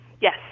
Yes